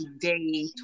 day